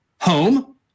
Home